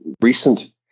recent